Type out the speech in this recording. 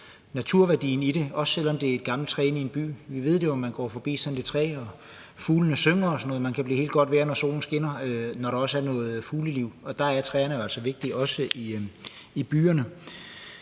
naturværdien i det, også selv om det er et gammelt træ inde i en by. Vi ved jo, at når man går forbi sådan et træ og fuglene synger og sådan noget, så kan man blive i helt godt humør, når solen skinner og der også er noget fugleliv. Der er træerne altså vigtige, også i byerne.